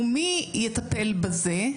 ומי יטפל בזה?